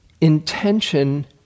intention